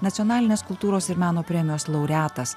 nacionalinės kultūros ir meno premijos laureatas